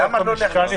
הנשיא.